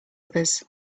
others